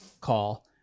call